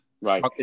Right